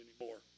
anymore